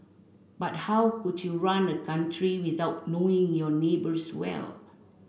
but how could you run a country without knowing your neighbours well